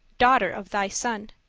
daughter of thy son,